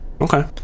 Okay